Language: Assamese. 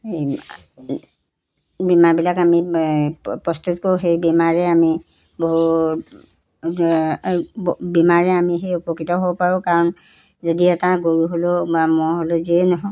এই বীমাবিলাক আমি প্ৰস্তুত কৰোঁ সেই বীমাৰে আমি ব বিমাৰে আমি সেই উপকৃত হ'ব পাৰোঁ কাৰণ যদি এটা গৰু হ'লেও বা ম'হ হলেও যিয়েই নহওক